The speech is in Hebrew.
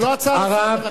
זה לא הצעה לסדר-היום.